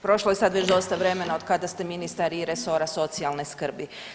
Prošlo je sad već dosta vremena od kada ste ministar iz resora socijalne skrbi.